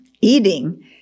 eating